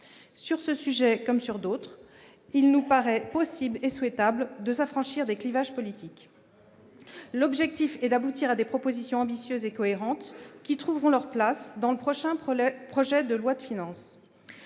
Sur ce sujet, comme sur d'autres, il nous paraît possible et souhaitable de s'affranchir des clivages politiques. L'objectif est d'aboutir à des propositions ambitieuses et cohérentes qui trouveront leur place dans le prochain projet de loi de finances.